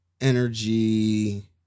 energy